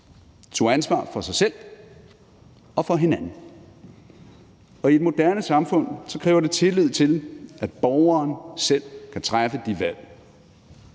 tog ansvar for sig selv og for hinanden. Og i et moderne samfund kræver det tillid til, at borgeren selv kan træffe de valg.